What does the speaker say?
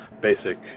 basic